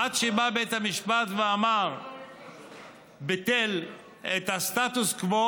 עד שבא בית המשפט וביטל את הסטטוס קוו.